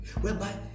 whereby